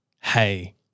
hey